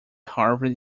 harvard